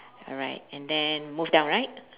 alright and then move down right